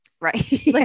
Right